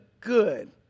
good